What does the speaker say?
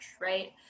right